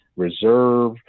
reserve